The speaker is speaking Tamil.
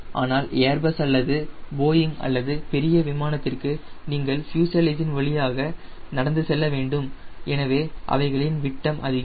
ஆனால் ஏர்பஸ் அல்லது போயிங் அல்லது பெரிய விமானத்திற்கு நீங்கள் ஃப்யூசலேஜின் வழியாக நடந்து செல்ல வேண்டும் எனவே அவைகளின் விட்டம் அதிகம்